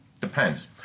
Depends